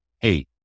hey